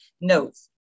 notes